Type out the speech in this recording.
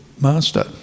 master